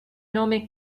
nome